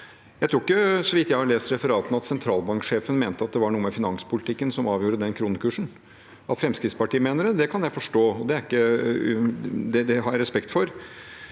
referatene, at sentralbanksjefen mente det var noe med finanspolitikken som avgjorde den kronekursen. At Fremskrittspartiet mener det, kan jeg forstå. Det har jeg respekt for.